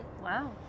Wow